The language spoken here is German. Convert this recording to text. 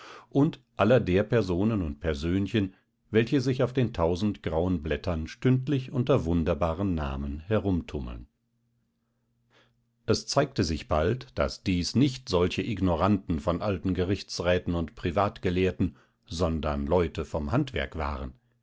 und aller der personen und persönchen welche sich auf den tausend grauen blättern stündlich unter wunderbaren namen herumtummeln es zeigte sich bald daß dies nicht solche ignoranten von alten gerichtsräten und privatgelehrten sondern leute vom handwerk waren